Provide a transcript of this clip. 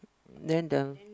then the